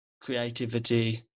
creativity